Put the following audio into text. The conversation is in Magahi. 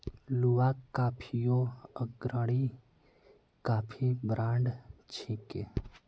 लुवाक कॉफियो अग्रणी कॉफी ब्रांड छिके